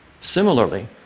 Similarly